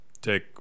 take